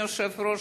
אדוני היושב-ראש,